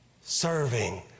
serving